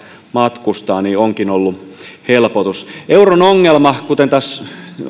matkustaa onkin ollut helpotus euron ongelma kuten tässä